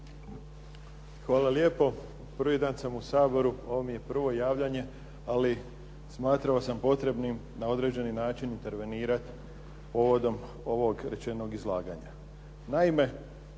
Hvala lijepo. Prvi dan mi je u Saboru, ovo mi je prvo javljanje, ali smatrao sam potrebnim na određeni način intervenirati povodom ovog rečenog izlaganja.